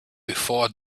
before